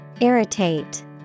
Irritate